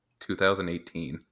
2018